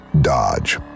dodge